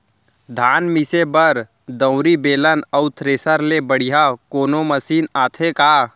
धान मिसे बर दंवरि, बेलन अऊ थ्रेसर ले बढ़िया कोनो मशीन आथे का?